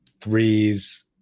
threes